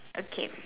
okay